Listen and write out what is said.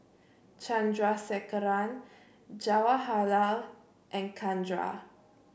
Chandrasekaran Jawaharlal and Chandra